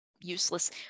useless